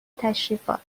تشریفات